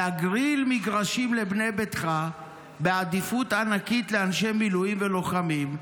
להגריל מגרשים לבנה ביתך בעדיפות ענקית לאנשי מילואים ולוחמים.